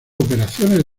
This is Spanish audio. operaciones